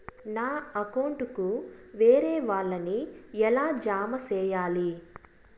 నా అకౌంట్ కు వేరే వాళ్ళ ని ఎలా జామ సేయాలి?